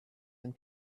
and